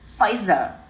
Pfizer